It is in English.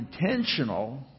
intentional